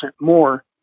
more